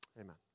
amen